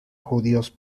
judíos